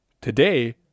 Today